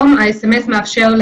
12א מדבר על